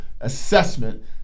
assessment